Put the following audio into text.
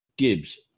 Gibbs